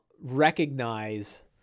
recognize